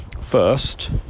First